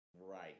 right